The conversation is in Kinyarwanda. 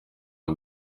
ayo